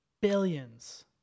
billions